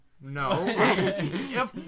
No